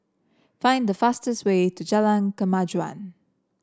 find the fastest way to Jalan Kemajuan